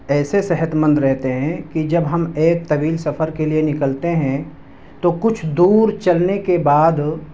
ایسے صحتمند رہتے ہیں کہ جب ہم ایک طویل سفر کے لیے نکلتے ہیں تو کچھ دور چلنے کے بعد